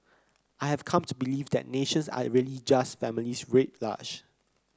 I have come to believe that nations are really just families writ large